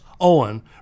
Owen